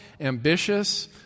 ambitious